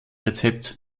rezept